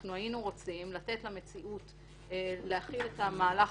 אנחנו היינו רוצים לתת למציאות להכיל את המהלך